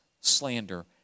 slander